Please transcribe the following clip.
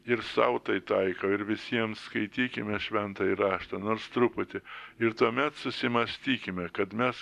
ir sau tai taikau ir visiems skaitykime šventąjį raštą nors truputį ir tuomet susimąstykime kad mes